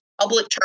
public